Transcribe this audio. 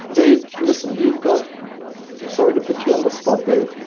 dave listen, you've got sorry to put you on the spot dave.